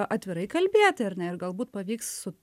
atvirai kalbėti ar ne ir galbūt pavyks su